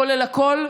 כולל הכול,